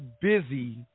busy